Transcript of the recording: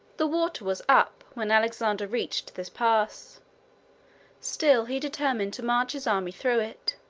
the water was up when alexander reached this pass still he determined to march his army through it.